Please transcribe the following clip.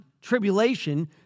tribulation